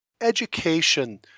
Education